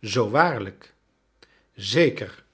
zoo waarlijk zeker